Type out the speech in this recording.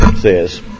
says